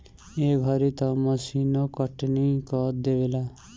ए घरी तअ मशीनो कटनी कअ देवेला